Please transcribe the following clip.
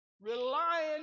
Relying